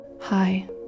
Hi